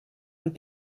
amb